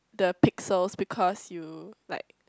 the pixels because you like